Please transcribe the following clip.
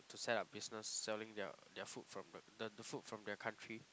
to set up business selling their their food from the the the food from their country